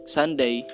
Sunday